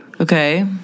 Okay